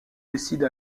décide